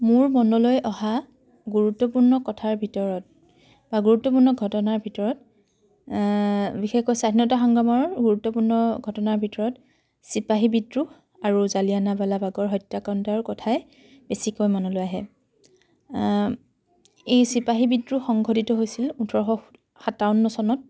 মোৰ মনলৈ অহা গুৰুত্বপূৰ্ণ কথাৰ ভিতৰত বা গুৰুত্বপূৰ্ণ ঘটনাৰ ভিতৰত বিশেষকৈ স্বাধীনতা সংগ্ৰামৰ গুৰুত্বপূৰ্ণ ঘটনাৰ ভিতৰত চিপাহী বিদ্ৰোহ আৰু জালিয়ানাৱালাবাগৰ হত্যাকাণ্ডৰ কথাই বেছিকৈ মনলৈ আহে এই চিপাহী বিদ্ৰোহ সংঘটিত হৈছিল ওঠৰশ সাতাৱন্ন চনত